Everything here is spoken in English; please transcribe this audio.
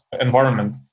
environment